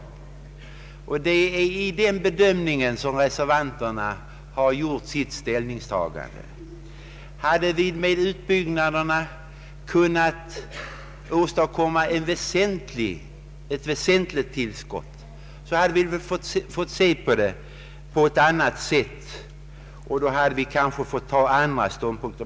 Det är på grundval av den bedömningen som reservanterna har tagit ställning. Hade man med utbyggnaden kunnat åstadkomma ett väsentligt tillskott, hade vi kunnat se det på ett annat sätt. Då hade vi kanske intagit en annan ståndpunkt.